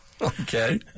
Okay